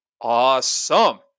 awesome